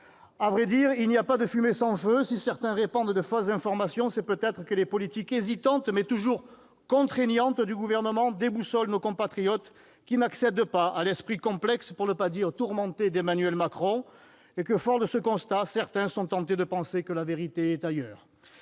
À vrai dire, il n'y a pas de fumée sans feu. Si certains répandent de fausses informations, c'est peut-être que les politiques hésitantes, mais toujours contraignantes du Gouvernement déboussolent nos compatriotes, qui n'accèdent pas à l'esprit complexe, pour ne pas dire tourmenté, d'Emmanuel Macron, et que, forts de ce constat, certains sont tentés de penser que la vérité est ailleurs.